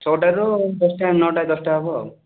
ଛଅଟାରୁ ଦଶଟା ନଅଟା ଦଶଟା ହେବ ଆଉ